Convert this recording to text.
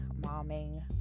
momming